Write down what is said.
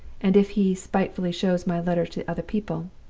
and if he spitefully shows my letter to other people.